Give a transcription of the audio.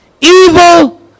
evil